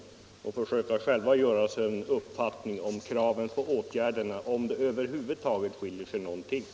Då får var och en själv bilda sig en uppfattning om huruvida kraven på åtgärder skiljer sig eller ej.